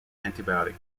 antibiotic